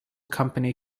company